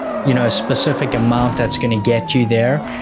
you know, a specific amount that's going to get you there.